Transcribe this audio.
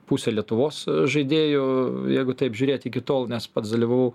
pusę lietuvos žaidėjų jeigu taip žiūrėt iki tol nes pats dalyvavau